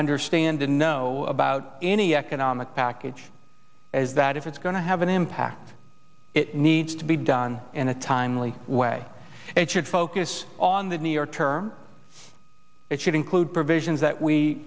understand and know about any economic package is that if it's going to have an impact it needs to be done in a timely way and should focus on the new york term it should include provisions that we